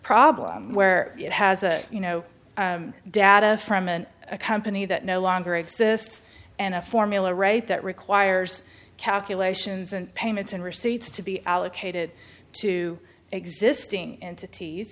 problem where it has a you know data from an a company that no longer exists and a formula right that requires calculations and payments and receipts to be allocated to existing entities